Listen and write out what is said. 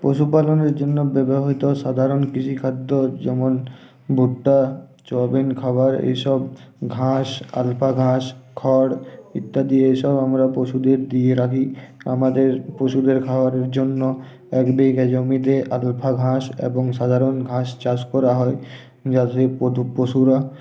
পশুপালনের জন্য ব্যবহৃত সাধারণ কৃষি খাদ্য যেমন ভুট্টা খাবার এইসব ঘাস আলফা ঘাস খড় ইত্যাদি এইসব আমরা পশুদের দিয়ে রাখি আমাদের পশুদের খাবারের জন্য এক বিঘে জমিতে আলফা ঘাস এবং সাধারণ ঘাস চাষ করা হয় যাতে পশুরা